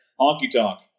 Honky-tonk